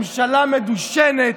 ממשלה מדושנת,